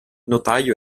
notaio